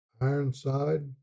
Ironside